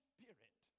Spirit